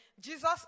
Jesus